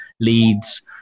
leads